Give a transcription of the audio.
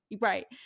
Right